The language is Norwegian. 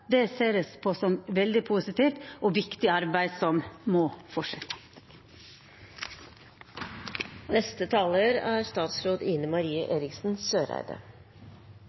ser eg på som eit veldig positivt og viktig arbeid som må